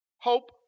hope